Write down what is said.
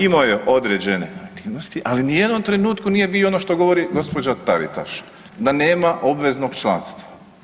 Imao je određene aktivnosti, ali ni u jednom trenutku nije bio ono što govori gđa. Taritaš, da nema obveznog članstva.